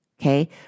okay